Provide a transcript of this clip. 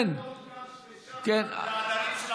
אני משכנע אותו לקנות קש ושחת לעדרים של הבדואים כי אין להם.